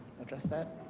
address that?